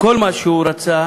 כל מה שהוא רצה,